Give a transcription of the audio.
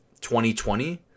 2020